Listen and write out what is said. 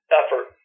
effort